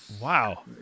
wow